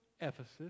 Ephesus